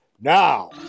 now